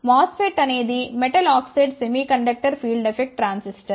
MOSFET అనేది metal oxide semiconductor field effect transistor